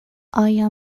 آیا